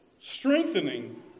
strengthening